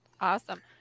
Awesome